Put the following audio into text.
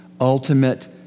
ultimate